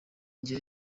gihe